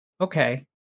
Okay